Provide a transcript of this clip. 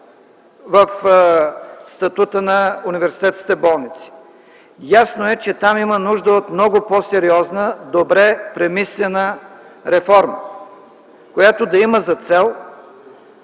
в статута на университетските болници. Ясно е, че там има нужда от много по-сериозна, добре премислена реформа, която да има за цел,